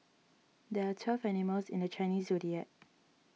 there are twelve animals in the Chinese zodiac